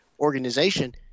organization